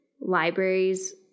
libraries